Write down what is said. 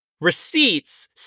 receipts